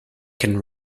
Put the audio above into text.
can